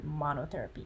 monotherapy